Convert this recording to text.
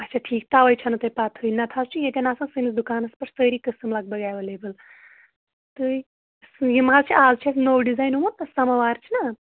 اچھا ٹھیٖک تَوَے چھَنہٕ تۄہہِ پَتہٕے نَتہٕ حظ چھِ ییٚتٮ۪ن آسن سٲنِس دُکانَس پٮ۪ٹھ سٲری قٕسٕم لگ بگ ایولیبل تہٕ یِم حظ چھِ آز چھُ اَسہِ نوٚو ڈِزایِن آمُت سَماوار چھِنا